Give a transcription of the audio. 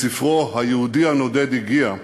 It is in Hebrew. בספרו, "היהודי הנודד הגיע",